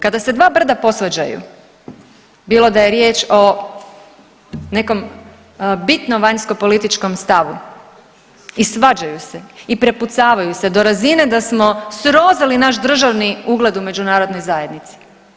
Kada se dva brda posvađaju bilo da je riječ o nekom bitno vanjskopolitičkom stavu i svađaju se i prepucavaju se do razine da smo srozali naš državni ugled u međunarodnoj zajednici.